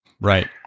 Right